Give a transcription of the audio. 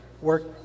Work